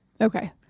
Okay